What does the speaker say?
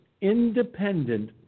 independent